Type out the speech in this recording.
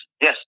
Yes